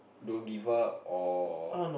don't give up or